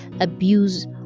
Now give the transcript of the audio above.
abuse